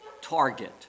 target